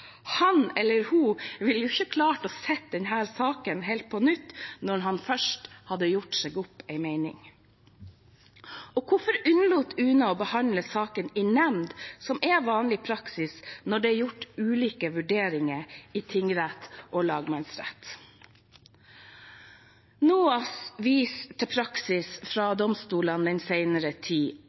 Han eller hun ville ikke ha klart å se saken helt på nytt når de først hadde gjort seg opp en mening. Og hvorfor unnlot UNE å behandle saken i nemnd, som er vanlig praksis når det er gjort ulike vurderinger i tingrett og lagmannsrett? NOAS viser til praksis fra domstolene den senere tid,